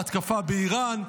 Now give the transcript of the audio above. ההתקפה באיראן,